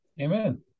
Amen